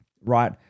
right